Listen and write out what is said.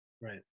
Right